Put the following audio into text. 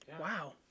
Wow